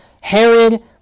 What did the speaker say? Herod